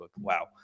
wow